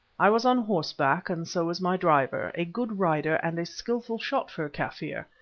i was on horseback, and so was my driver, a good rider and a skilful shot for a kaffir,